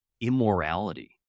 immorality